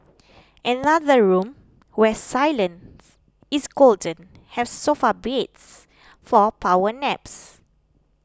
another room where silence is golden has sofa beds for power naps